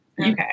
Okay